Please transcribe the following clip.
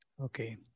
Okay